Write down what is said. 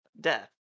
death